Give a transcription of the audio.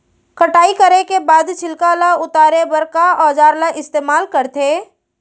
कटाई करे के बाद छिलका ल उतारे बर का औजार ल इस्तेमाल करथे?